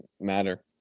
matter